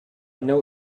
know